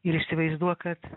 ir įsivaizduok kad